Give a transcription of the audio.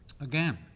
Again